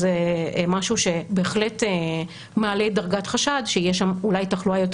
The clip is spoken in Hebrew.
אז זה משהו שבהחלט מעלה דרגת חשד שיש שם אולי תחלואה יותר